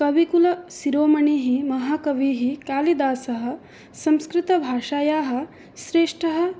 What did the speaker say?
कविकुलशिरोमणिः महाकविः कालिदासः संस्कृतभाषायाः श्रेष्ठः